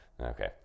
okay